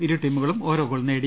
ഇരു ടീമു കളും ഓരോ ഗോൾ നേടി